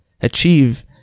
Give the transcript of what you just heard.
achieve